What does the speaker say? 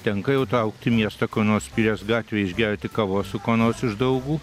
tenka jau traukt į miestą kur nors pilies gatvėj išgerti kavos su kuo nors iš draugų